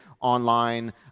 Online